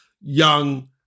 young